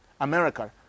America